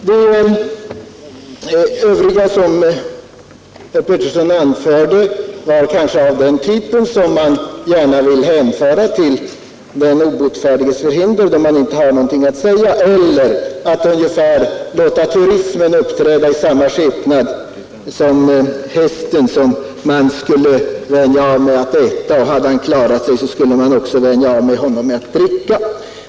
Det övriga som herr Arne Pettersson anförde vill jag kanske hänföra till den obotfärdiges förhinder — eller också behandlar man turismen på samma sätt som bonden gjorde med hästen som han skulle vänja av med att äta och som han, om hästen klarat sig, också skulle ha vänjt av med att dricka.